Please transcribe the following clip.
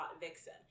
vixen